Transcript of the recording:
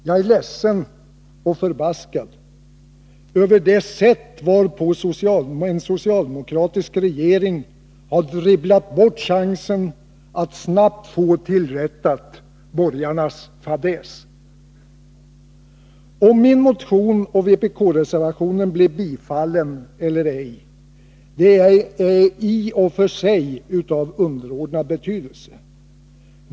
Jag är ledsen över det sätt varpå en socialdemokratisk regering dribblat bort chansen att snabbt få borgarnas fadäs tillrättad. Om min motion och vpk-reservationen blir bifallen eller ej är i och för sig av underordnad betydelse.